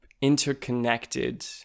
interconnected